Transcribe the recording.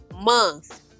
month